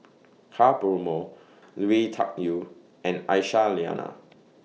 Ka Perumal Lui Tuck Yew and Aisyah Lyana